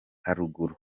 haruguru